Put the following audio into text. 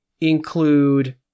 include